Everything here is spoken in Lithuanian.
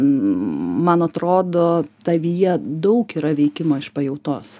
man atrodo tavyje daug yra veikimo iš pajautos